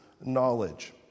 knowledge